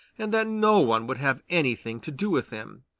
and that no one would have anything to do with him.